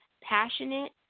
passionate